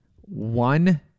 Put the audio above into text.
one